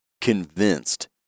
convinced